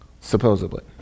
supposedly